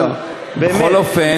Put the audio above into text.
אבל באמת,